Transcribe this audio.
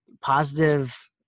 positive